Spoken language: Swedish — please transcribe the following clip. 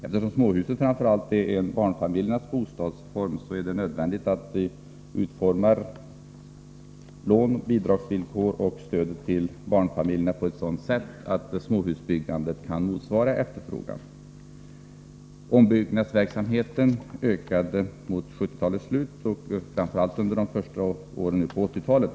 Eftersom småhusen framför allt är barnfamiljernas bostadsform, är det nödvändigt att vi utformar lån, bidragsvillkor och stöd till barnfamiljerna på ett sådant sätt att småhusbyggandet kan motsvara efterfrågan. Ombyggnadsverksamheten ökade mot 1970-talets slut och framför allt under de första åren på 1980-talet.